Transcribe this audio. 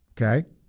okay